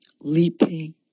leaping